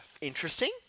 interesting